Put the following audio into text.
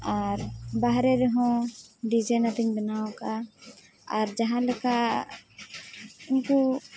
ᱟᱨ ᱵᱟᱦᱨᱮ ᱨᱮᱦᱚᱸ ᱰᱤᱡᱟᱭᱤᱱ ᱟᱛᱮᱧ ᱵᱮᱱᱟᱣ ᱟᱠᱟᱫᱟ ᱟᱨ ᱡᱟᱦᱟᱸᱞᱮᱠᱟ ᱩᱱᱠᱩ